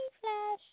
flash